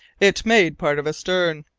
it made part of a stern.